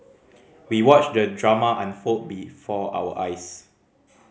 we watched the drama unfold before our eyes